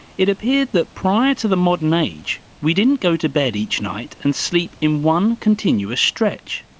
it appeared that prior to the modern age we didn't go to bed each night and sleep in one continuous stretch.